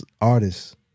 artists